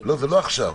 לא, זה לא עכשיו.